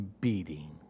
beating